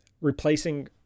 replacing